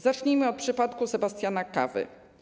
Zacznijmy od przypadku Sebastiana Kawy.